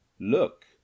Look